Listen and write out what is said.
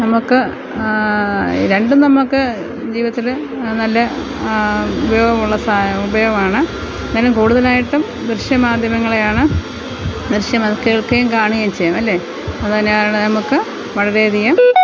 നമുക്ക് രണ്ടും നമ്മള്ക്ക് ജീവിതത്തില് നല്ല ഉപയോഗമുള്ള സാ ഉപയോഗമാണ് ഏതായാലും കൂടുതലായിട്ടും ദൃശ്യ മാധ്യമങ്ങളെയാണ് ദൃശ്യ മാധ്യമം കേൾക്കുകയും കാണുകയും ചെയ്യും അല്ലേ അതു തന്നെയാണ് നമ്മള്ക്ക് വളരെ അധികം